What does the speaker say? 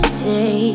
say